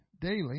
daily